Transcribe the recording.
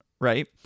right